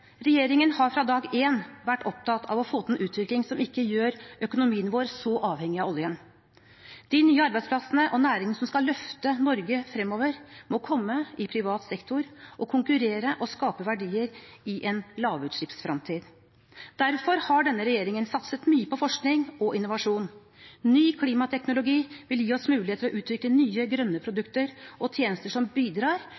Regjeringen har fra dag én vært opptatt av å få til en utvikling som ikke gjør økonomien vår så avhengig av oljen. De nye arbeidsplassene og næringene som skal løfte Norge fremover, må komme i privat sektor og konkurrere og skape verdier i en lavutslippsfremtid. Derfor har denne regjeringen satset mye på forskning og innovasjon. Ny klimateknologi vil gi oss mulighet til å utvikle nye grønne